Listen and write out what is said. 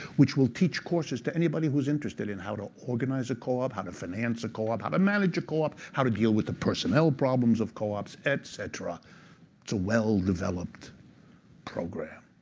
which will teach courses to anybody who is interested in how to organize a co-op, how to finance a co-op, how to manage a co-op, how to deal with the personal problems of co-ops, etc well-developed program,